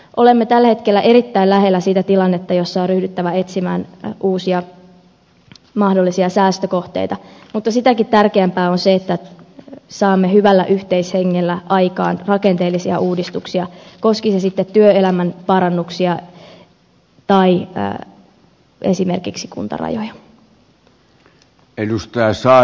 olemme tällä hetkellä erittäin lähellä sitä tilannetta jossa on ryhdyttävä etsimään uusia mahdollisia säästökohteita mutta sitäkin tärkeämpää on se että saamme hyvällä yhteishengellä aikaan rakenteellisia uudistuksia koskivat ne sitten työelämän parannuksia tai esimerkiksi kuntarajoja